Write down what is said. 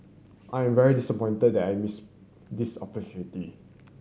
I'm very disappointed that I missed this opportunity